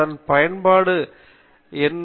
அதன் பயன்பாடு என்ன